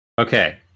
Okay